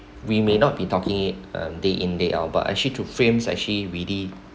we may not be talking it a day in day out but actually through films actually ready